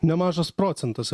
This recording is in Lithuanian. nemažas procentas